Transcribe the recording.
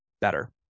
better